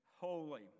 holy